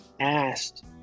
asked